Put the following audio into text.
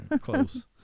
Close